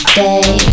day